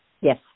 Yes